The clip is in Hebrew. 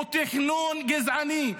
הוא תכנון גזעני.